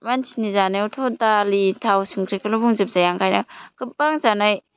मानसिनि जानायावथ' दालि थाव संख्रिखौल' बुंजोब जाया गोबां जानाय